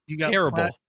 terrible